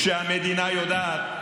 כשהמדינה יודעת: